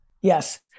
Yes